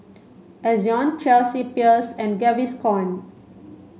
Ezion Chelsea Peers and Gaviscon